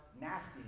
nasty